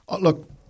look